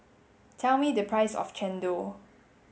tell me the price of Chendol